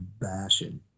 bashing